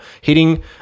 Hitting